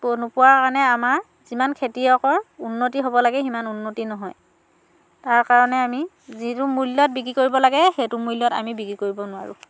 পো নোপোৱাৰ কাৰণে আমাৰ যিমান খেতিয়কৰ উন্নতি হ'ব লাগে সিমান উন্নতি নহয় তাৰ কাৰণে আমি যিটো মূল্যত বিক্ৰী কৰিব লাগে সেইটো মূল্যত আমি বিক্ৰী কৰিব নোৱাৰোঁ